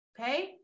Okay